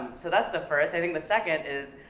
so that's the first. i think the second, is,